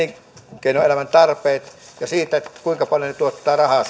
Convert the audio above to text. elinkeinoelämän tarpeet ja siitä kuinka paljon ne tuottavat rahaa